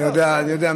אני יודע.